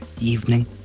Evening